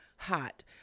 hot